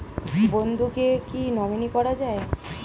বন্ধুকে কী নমিনি করা যায়?